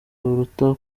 buruta